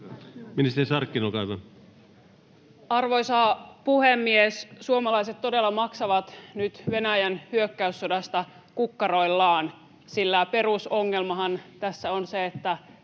Arvoisa puhemies! Suomalaiset todella maksavat nyt Venäjän hyökkäyssodasta kukkaroillaan, sillä perusongelmahan tässä on se, että